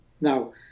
Now